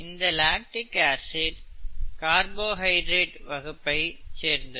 இந்த lactic acid carbohydrate வகுப்பைச் சேர்ந்தது